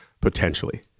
potentially